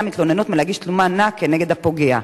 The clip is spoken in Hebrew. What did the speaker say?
מתלוננות מלהגיש תלונה כנגד הפוגע.